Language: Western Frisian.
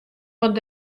wat